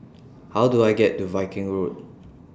How Do I get to Viking Road